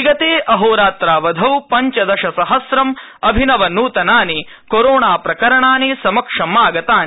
विगते अहोरात्रावधौपंचदशसहस्रं अभिनवन्तनानि कोरोना प्रकराणि समक्षमागतानि